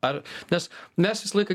ar nes mes visą laiką